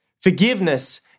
Forgiveness